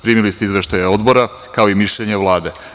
Primili ste izveštaje odbora, kao i mišljenje Vlade.